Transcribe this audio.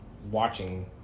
watching